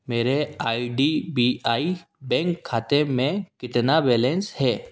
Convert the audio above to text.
मेरे I D B I bank खाते में कितना बैलेन्स है